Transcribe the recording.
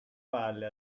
valle